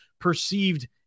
perceived